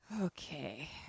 Okay